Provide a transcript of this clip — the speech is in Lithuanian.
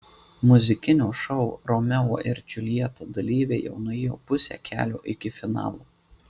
muzikinio šou romeo ir džiuljeta dalyviai jau nuėjo pusę kelio iki finalo